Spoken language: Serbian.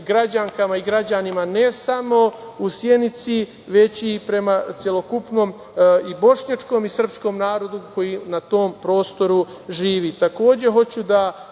građankama i građanima ne samo u Sjenici, već i prema celokupnom i bošnjačkom i srpskom narodu koji na tom prostoru